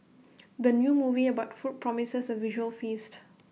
the new movie about food promises A visual feast